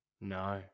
No